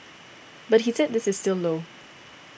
but he said this is still low